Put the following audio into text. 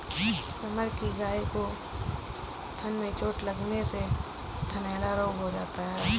summer की गाय को थन में चोट लगने से थनैला रोग हो गया था